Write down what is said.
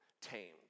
tamed